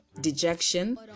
dejection